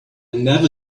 never